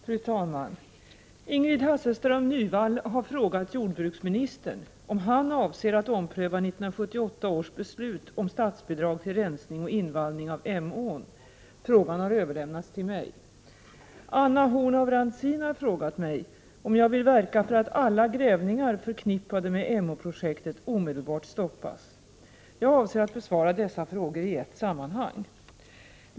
Fru talman! Ingrid Hasselström Nyvall har frågat jordbruksministern om han avser att ompröva 1978 års beslut om statsbidrag till rensning och invallning av Emån. Frågan har överlämnats till mig. Anna Horn af Rantzien har frågat mig om jag vill verka för att alla grävningar förknippade med Emåprojektet omedelbart stoppas. Jag avser att besvara dessa frågor i ett sammanhang.